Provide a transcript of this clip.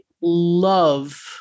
love